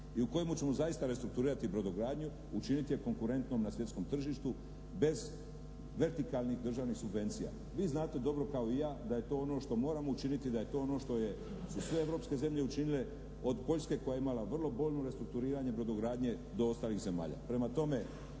i u kojemu ćemo zaista restrukturirati brodogradnju, učiniti je konkurentnom na svjetskom tržištu bez vertikalnih državnih subvencija. Vi znate dobro kao i ja da je to ono što moramo učiniti, da je to ono što su sve europske zemlje učinile od Poljske koja je imala vrlo bolno restrukturiranje brodogradnje do ostalih zemalja.